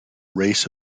race